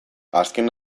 azken